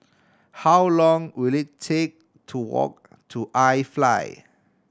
how long will it take to walk to I Fly